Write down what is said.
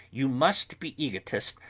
you must be egotist,